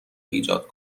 ایجاد